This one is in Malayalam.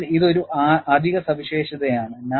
അതിനാൽ ഇത് ഒരു അധിക സവിശേഷതയാണ്